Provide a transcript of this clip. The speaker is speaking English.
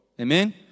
Amen